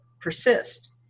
persist